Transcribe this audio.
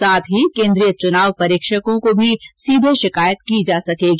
साथ ही केन्द्रीय चुनाव पर्यवेक्षकों को भी सीधे शिकायत की जा सकेगी